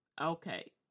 Okay